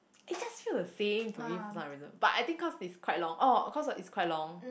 it just feel the same for me for some reason but I think cause it's quite long oh cause it's quite long